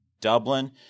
Dublin